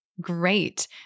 great